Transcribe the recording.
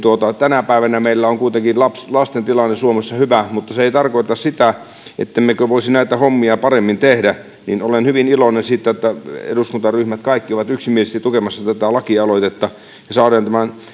tänä päivänä meillä on kuitenkin lasten tilanne suomessa hyvä mutta se ei tarkoita sitä ettemmekö voisi näitä hommia paremmin tehdä olen hyvin iloinen siitä että eduskuntaryhmät kaikki ovat yksimielisesti tukemassa tätä lakialoitetta ja saadaan tämän